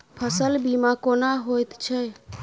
फसल बीमा कोना होइत छै?